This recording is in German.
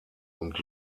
und